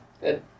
Good